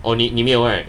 oh 你你没有 right